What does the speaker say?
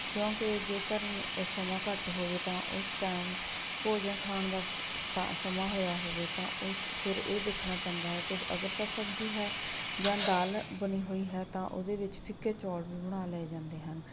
ਕਿਉਂਕਿ ਜੇਕਰ ਏ ਸਮਾਂ ਘੱਟ ਹੋਵੇ ਤਾਂ ਉਸ ਟਾਈਮ ਭੋਜਨ ਖਾਣ ਦਾ ਤਾਂ ਸਮਾਂ ਹੋਇਆ ਹੋਵੇ ਤਾਂ ਉਸ ਫਿਰ ਇਹ ਦੇਖਣਾ ਪੈਂਦਾ ਏ ਕਿ ਅਗਰ ਤਾਂ ਸਬਜ਼ੀ ਹੈ ਜਾਂ ਦਾਲ ਬਣੀ ਹੋਈ ਹੈ ਤਾਂ ਓਹਦੇ ਵਿੱਚ ਫਿੱਕੇ ਚੌਲ ਵੀ ਬਣਾ ਲਏ ਜਾਂਦੇ ਹਨ